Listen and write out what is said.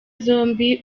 zombi